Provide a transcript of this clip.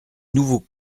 nouveau